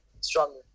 stronger